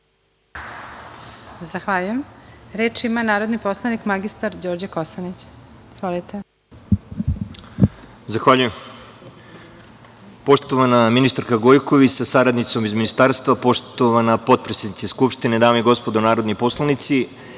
Zahvaljujem. Reč ima narodni poslanik mr Đorđe Kosanić. Izvolite. **Đorđe Kosanić** Zahvaljujem. Poštovana ministarko Gojković sa saradnicom iz Ministarstva, poštovana potpredsednice Skupštine, dame i gospodo narodni poslanici,